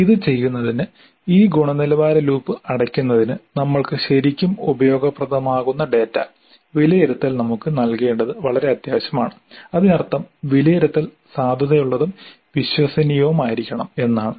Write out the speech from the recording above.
ഇത് ചെയ്യുന്നതിന് ഈ ഗുണനിലവാര ലൂപ്പ് അടയ്ക്കുന്നതിന് നമ്മൾക്ക് ശരിക്കും ഉപയോഗപ്രദമാകുന്ന ഡാറ്റ വിലയിരുത്തൽ നമുക്ക് നൽകേണ്ടത് വളരെ അത്യാവശ്യമാണ് അതിനർത്ഥം വിലയിരുത്തൽ സാധുതയുള്ളതും വിശ്വസനീയവുമായിരിക്കണം എന്നാണ്